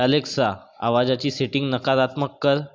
Alexa आवाजाची setting नकारात्मक कर